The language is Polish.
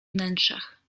wnętrzach